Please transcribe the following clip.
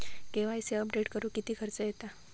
KYC update करुक किती खर्च येता?